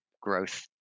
growth